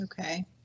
Okay